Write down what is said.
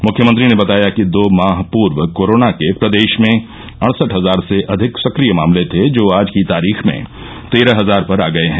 मुख्यमंत्री ने बताया कि दो माह पूर्व कोरोना के प्रदेश में अडसट हजार से अधिक सक्रिय मामले थे जो आज की तारीख में तेरह हजार पर आ गये हैं